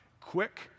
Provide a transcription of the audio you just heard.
Quick